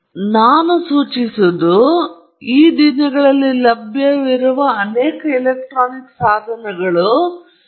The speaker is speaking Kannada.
ಈ ದಿನಗಳಲ್ಲಿ ಲಭ್ಯವಿರುವ ಹಲವಾರು ಸೌಲಭ್ಯಗಳಿವೆ ಈ ದಿನಗಳಲ್ಲಿ ಲಭ್ಯವಿರುವ ಅನೇಕ ಎಲೆಕ್ಟ್ರಾನಿಕ್ ಸಾಧನಗಳು ಮತ್ತು ಅವುಗಳು ವಿವಿಧ ಮಟ್ಟದ ಸೂಕ್ಷ್ಮತೆಯೊಂದಿಗೆ ಲಭ್ಯವಿದೆ